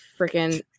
freaking